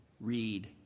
read